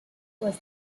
was